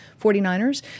49ers